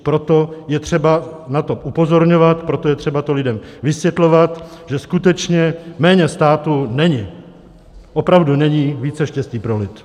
Proto je třeba na to upozorňovat, proto je třeba to lidem vysvětlovat, že skutečně méně státu není, opravdu není více štěstí pro lid.